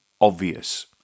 obvious